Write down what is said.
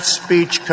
speech